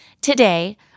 Today